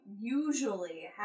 usually